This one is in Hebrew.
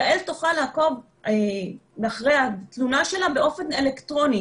יעל תוכל לעקוב אחרי התלונה שלה באופן אלקטרוני.